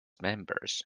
members